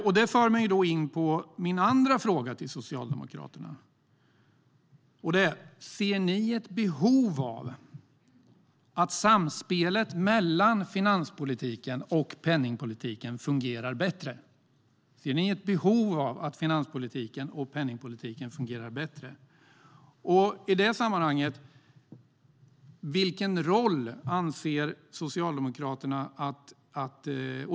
Detta för mig in på min andra fråga till Socialdemokraterna: Ser ni ett behov av ett bättre fungerande samspel mellan finanspolitiken och penningpolitiken? Jag undrar vad Socialdemokraterna anser i det sammanhanget.